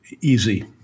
easy